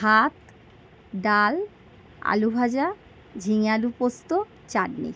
ভাত ডাল আলুভাজা ঝিঙে আলু পোস্ত চাটনি